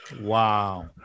Wow